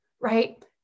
right